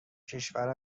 کشور